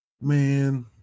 man